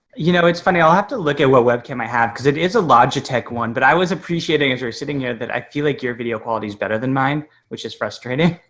you know, it's funny. i'll have to look at what web cam i have cause it is a logitech one. but i was appreciating as we're sitting here that i feel like your video quality is better than mine, which is frustrating.